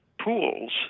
pools